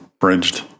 bridged